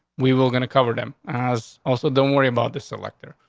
we will gonna cover them. as also, don't worry about this selector.